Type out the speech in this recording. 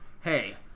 Hey